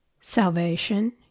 Salvation